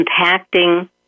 impacting